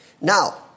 now